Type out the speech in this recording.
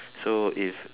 so if